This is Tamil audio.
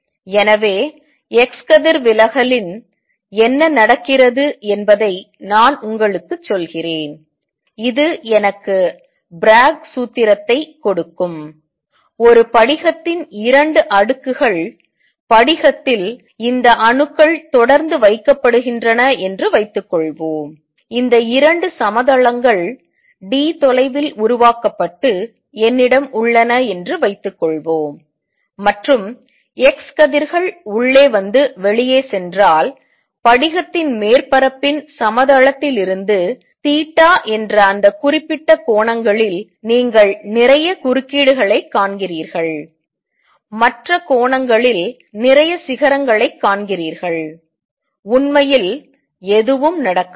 எனவே x கதிர் விலகலில் எக்ஸ்ரே டிஃப்ராஃப்ரக்ஷனில் என்ன நடக்கிறது என்பதை நான் உங்களுக்குச் சொல்கிறேன் இது எனக்கு ப்ராக் சூத்திரத்தைக் கொடுக்கும் ஒரு படிகத்தின் 2 அடுக்குகள் படிகத்தில் இந்த அணுக்கள் தொடர்ந்து வைக்கப்படுகின்றன என்று வைத்துக்கொள்வோம் இந்த 2 சமதளங்கள் d தொலைவில் உருவாக்கப்பட்டு என்னிடம் உள்ளன என்று வைத்துக்கொள்வோம் மற்றும் x கதிர்கள் உள்ளே வந்து வெளியே சென்றால் படிகத்தின் மேற்பரப்பின் சமதளத்திலிருந்து தீட்டா என்ற அந்த குறிப்பிட்ட கோணங்களில் நீங்கள் நிறைய குறுக்கீடுகளைக் காண்கிறீர்கள் மற்ற கோணங்களில் நிறைய சிகரங்களைக் காண்கிறீர்கள் உண்மையில் எதுவும் நடக்காது